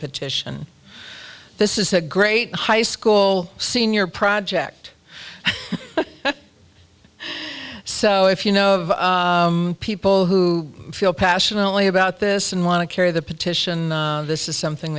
petition this is a great high school senior project so if you know of people who feel passionately about this and want to carry the petition this is something